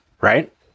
Right